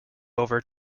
over